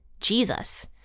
Jesus